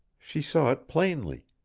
she saw it plainly.